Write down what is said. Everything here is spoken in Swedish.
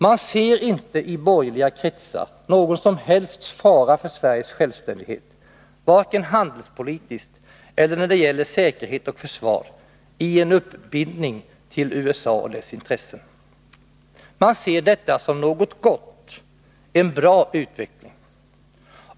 Man ser inte i borgerliga kretsar någon som helst fara för Sveriges självständighet, varken handelspolitiskt eller när det gäller säkerhet och försvar, i en uppbindning till USA och dess intressen. Man ser detta som något gott, en bra utveckling.